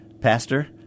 Pastor